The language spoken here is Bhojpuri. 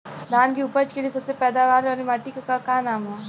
धान की उपज के लिए सबसे पैदावार वाली मिट्टी क का नाम ह?